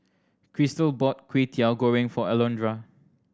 Crystal bought Kwetiau Goreng for Alondra